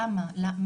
למה?